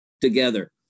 together